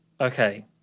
Okay